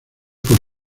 por